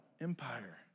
empire